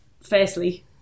firstly